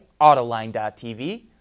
Autoline.tv